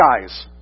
guys